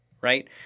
right